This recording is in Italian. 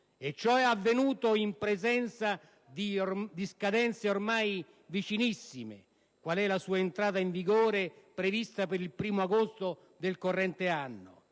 e ciò in presenza di scadenze ormai vicinissime, quale la sua entrata in vigore, prevista per il 1° agosto del corrente anno,